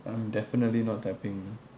I'm definitely not typing